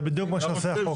זה בדיוק מה שעושה החוק.